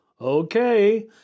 Okay